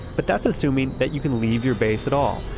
but that's assuming that you can leave your base at all.